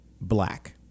black